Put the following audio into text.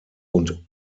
und